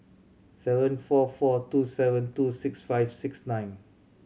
seven four four two seven two six five six nine